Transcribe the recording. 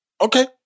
okay